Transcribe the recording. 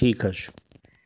ٹھیٖک حظ چھُ